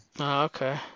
Okay